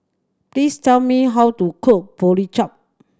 please tell me how to cook